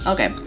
Okay